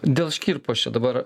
dėl škirpos čia dabar